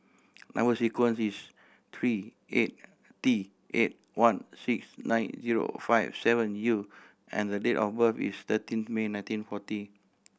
number sequence is three eight T eight one six nine zero five seven U and date of birth is thirteen May nineteen forty